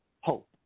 hope